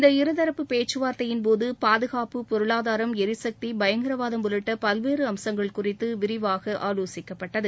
இந்த இருதரப்பு பேச்சுவார்த்தையின்போது பாதுகாப்பு பொருளாதாரம் ளரிசக்தி பயங்கரவாதம் உள்ளிட்ட பல்வேறு அம்சங்கள் குறித்து விரிவாக ஆலோசிக்கப்பட்டது